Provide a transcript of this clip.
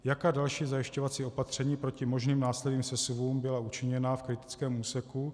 Jaká další zajišťovací opatření proti možným následným sesuvům byla učiněna v kritickém úseku?